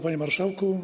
Panie Marszałku!